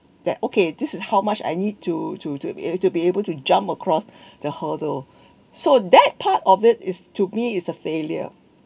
that okay this is how much I need to to to be ab~ to be able to jump across the hurdle so that part of it is to me is a failure